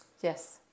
yes